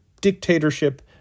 dictatorship